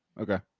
okay